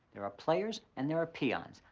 there are players and there are peons.